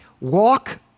walk